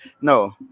No